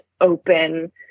open